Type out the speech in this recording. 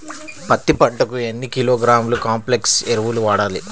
పత్తి పంటకు ఎన్ని కిలోగ్రాముల కాంప్లెక్స్ ఎరువులు వాడాలి?